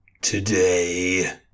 today